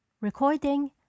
recording